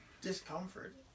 discomfort